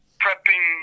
prepping